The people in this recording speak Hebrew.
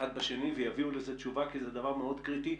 בשני ויביאו לזה תשובה כי זה דבר מאוד קריטי,